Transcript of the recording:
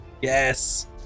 Yes